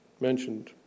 mentioned